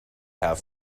have